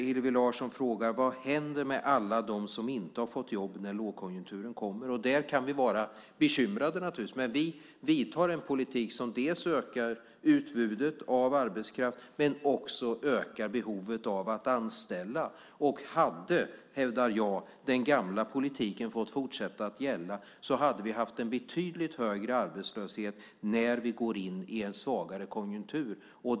Hillevi Larsson frågar vad som händer med alla dem som inte har fått jobb när lågkonjunkturen kommer. Det kan vi naturligtvis vara bekymrade över. Men vi för en politik som dels ökar utbudet av arbetskraft, dels öppnar behovet av att anställa. Jag hävdar att om den gamla politiken hade fått fortsätta hade vi haft en betydligt högre arbetslöshet när vi går in i en svagare konjunktur.